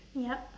yup